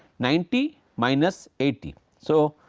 ninety minus eighty so,